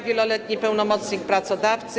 Wieloletni pełnomocnik pracodawcy.